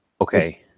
Okay